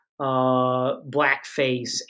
blackface